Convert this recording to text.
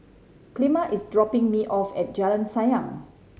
Clemma is dropping me off at Jalan Sayang